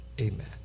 amen